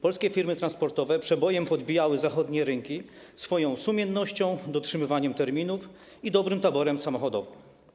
Polskie firmy transportowe przebojem podbijały zachodnie rynki swoją sumiennością, dotrzymywaniem terminów i dobrym taborem samochodowym.